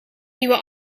nieuwe